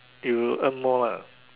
you earn more lah